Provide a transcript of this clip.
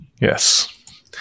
Yes